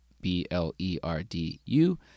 B-L-E-R-D-U